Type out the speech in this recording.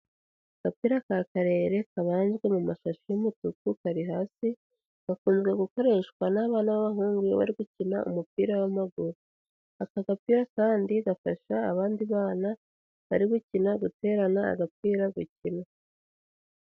Agapira ka karere kabanzwe mu mashashi y'umutuku kari hasi, gakunze gukoreshwa n'abana b'abahungu iyo bari gukina umupira w'amaguru. Aka gapira kandi gafasha abandi bana, bari gukina guterana agapira gukina.